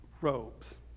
robes